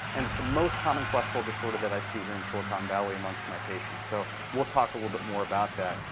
and it's the most common cholesterol disorder that i see here in silicon valley amongst my patients. so we'll talk a little bit more about that.